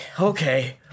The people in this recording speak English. Okay